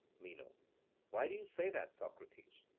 meno why do you say that, socrates?